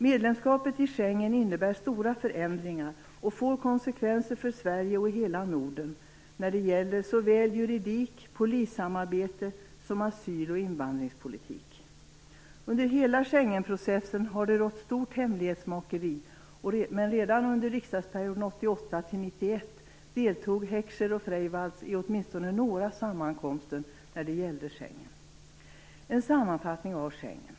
Medlemskapet i Schengen innebär stora förändringar och får konsekvenser för Sverige och hela Norden när det gäller såväl juridik, polissamarbete som asyl-och invandringspolitik. Under hela Schengenprocessen har det rått stort hemlighetsmakeri, men redan under riksdagsperioden 1988-1991 deltog Heckscher och Freivalds i åtminstone några sammankomster om Schengen. Låt mig ge en sammanfattning av Schengen.